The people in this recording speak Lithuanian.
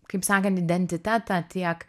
kaip sakan identitetą tiek